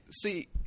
See